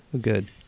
good